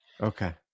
Okay